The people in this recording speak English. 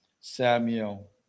Samuel